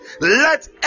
Let